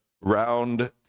Round